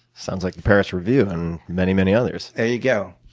sounds like the paris review and many, many others. there you go.